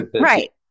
right